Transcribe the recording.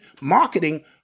marketing